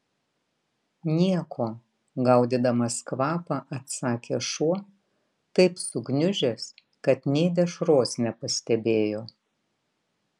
nieko gaudydamas kvapą atsakė šuo taip sugniužęs kad nė dešros nepastebėjo